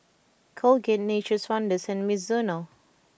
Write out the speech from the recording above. Colgate Nature's Wonders and Mizuno